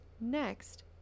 Next